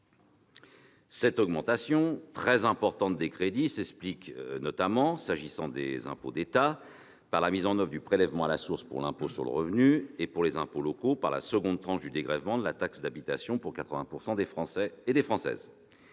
Cette augmentation très importante des crédits s'explique notamment, pour les impôts d'État, par la mise en oeuvre du prélèvement à la source pour l'impôt sur le revenu et, pour les impôts locaux, par la deuxième tranche du dégrèvement de taxe d'habitation pour 80 % des Français et des Françaises.